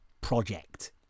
project